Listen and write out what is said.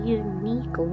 unique